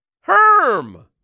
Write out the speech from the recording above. Herm